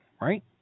right